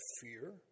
fear